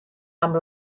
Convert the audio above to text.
amb